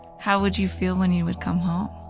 how would you feel when you would come home?